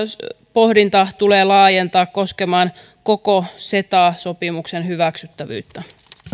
pohdinta tulee laajentaa koskemaan koko ceta sopimuksen hyväksyttävyyttä